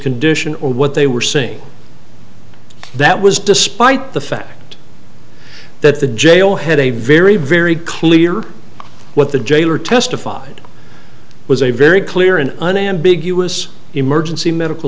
condition or what they were saying that was despite the fact that the jail had a very very clear what the jailer testified was a very clear and unambiguous emergency medical